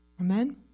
Amen